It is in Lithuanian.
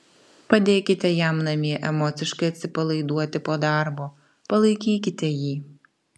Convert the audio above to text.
padėkite jam namie emociškai atsipalaiduoti po darbo palaikykite jį